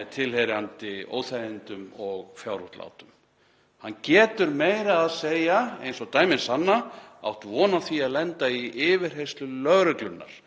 með tilheyrandi óþægindum og fjárútlátum. Hann getur meira að segja, eins og dæmin sanna, átt von á því að lenda í yfirheyrslu lögreglunnar